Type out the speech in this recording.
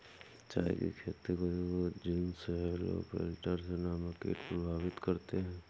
चाय की खेती को जीनस हेलो पेटल्स नामक कीट प्रभावित करते हैं